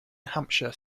hampshire